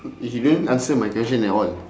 you didn't answer my question at all